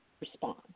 respond